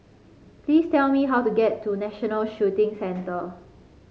please tell me how to get to National Shooting Centre